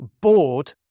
bored